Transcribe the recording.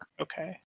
Okay